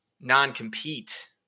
non-compete